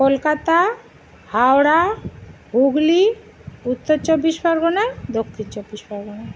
কলকাতা হাওড়া হুগলি উত্তর চব্বিশ পরগনা দক্ষিণ চব্বিশ পরগনা